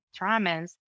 traumas